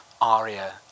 aria